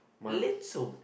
little